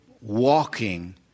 walking